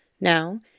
Now